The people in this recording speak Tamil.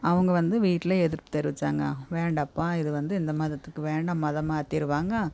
அவங்க வந்து வீட்டில் எதிர்ப்பு தெரிவிச்சாங்க வேண்டாம்ப்பா இது வந்து இந்த மதத்துக்கு வேணாம் மதம் மாற்றிருவாங்க